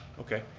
okay,